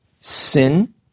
sin